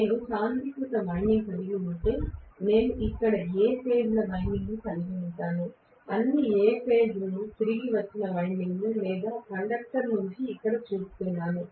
నేను సాంద్రీకృత వైండింగ్ కలిగి ఉంటే నేను ఇక్కడ అన్ని A ఫేజ్ ల వైండింగ్ ను కలిగి ఉంటాను అన్ని A ఫేజ్ తిరిగి వచ్చిన వైండింగ్లు లేదా కండక్టర్ ను ఇక్కడ చూపుతున్నాను